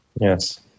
Yes